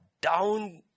down